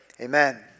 Amen